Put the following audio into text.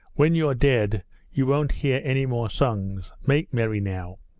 when you're dead you won't hear any more songs. make merry now